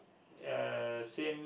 uh same